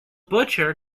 butcher